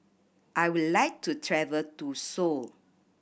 I would like to travel to Seoul